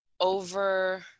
over